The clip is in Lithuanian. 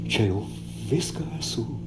čia jau viską esu